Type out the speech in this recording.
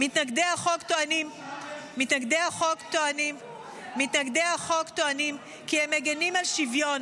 מתנגדי החוק טוענים כי הם מגינים על שוויון,